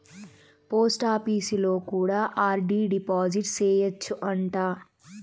పోస్టాపీసులో కూడా RD deposit సేయచ్చు అంట